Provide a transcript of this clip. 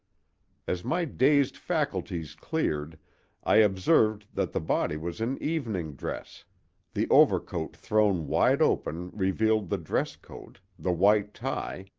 as my dazed faculties cleared i observed that the body was in evening dress the overcoat thrown wide open revealed the dress-coat, the white tie,